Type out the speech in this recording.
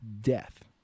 death